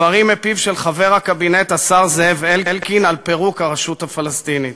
דברים מפיו של חבר הקבינט השר זאב אלקין על פירוק הרשות הפלסטינית.